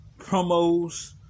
promos